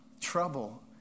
trouble